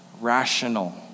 rational